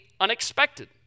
unexpected